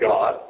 God